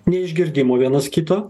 neišgirdimo vienas kito